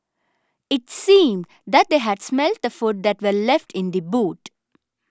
it seemed that they had smelt the food that were left in the boot